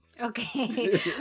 Okay